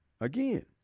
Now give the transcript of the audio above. again